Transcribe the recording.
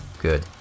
good